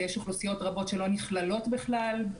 ויש אוכלוסיות שלא נכללות בכלל.